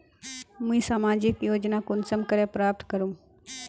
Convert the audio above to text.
मुई सामाजिक योजना कुंसम करे प्राप्त करूम?